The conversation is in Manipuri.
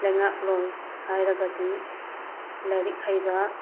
ꯂꯩꯉꯥꯛ ꯂꯣꯟ ꯍꯥꯏꯔꯒꯗꯤ ꯂꯥꯏꯔꯤꯛ ꯍꯩꯕ